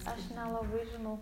aš nelabai žinau